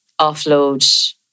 offload